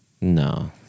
No